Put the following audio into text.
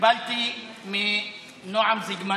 קיבלתי מנועם זיגמן